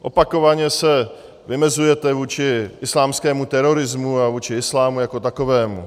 Opakovaně se vymezujete vůči islámskému terorismu a vůči islámu jako takovému.